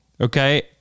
okay